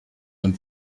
und